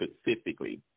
specifically